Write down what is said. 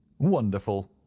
wonderful!